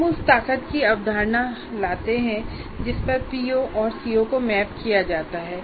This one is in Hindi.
हम उस ताकत की अवधारणा लाते हैं जिस पर पीओ को सीओ से मैप किया जाता है